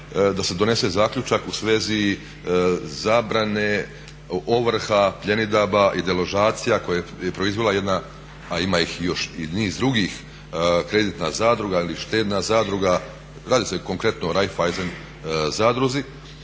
da se donese zaključak u svezi zabrane ovrha, pljenidaba i deložacija koje je proizvela jedna, a ima ih još i niz drugih, Kreditna zadruga ili štedna zadruga. Radi se konkretno o Raiffeisen zadruzi.